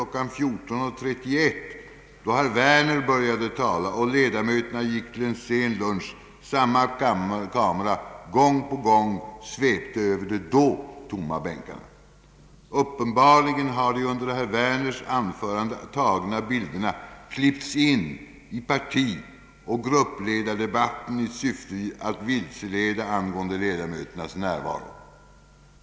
14.31 då herr Werner började tala och ledamöterna gick till en sen lunch samma kamera gång efter annan svepte över de då tomma bänkarna. Uppenbarligen har de under herr Werners anförande tagna bilderna klippts in i partioch gruppledardebatten i syfte att vilseleda angående ledamöternas närvaro.